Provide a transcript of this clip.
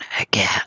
again